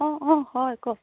অঁ অঁ হয় কওক